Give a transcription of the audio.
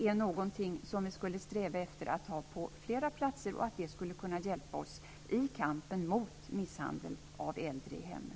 är någonting som vi skulle sträva efter att ha på flera platser och att det skulle kunna hjälpa oss i kampen mot misshandel mot äldre i hemmet?